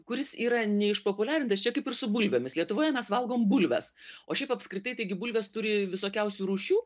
kuris yra neišpopuliarintas čia kaip ir su bulvėmis lietuvoje mes valgom bulves o šiaip apskritai taigi bulvės turi visokiausių rūšių